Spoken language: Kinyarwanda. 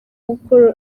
gukora